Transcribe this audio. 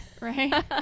Right